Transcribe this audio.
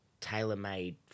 tailor-made